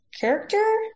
character